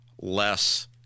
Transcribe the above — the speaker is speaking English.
less